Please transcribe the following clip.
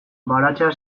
baratzea